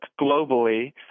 globally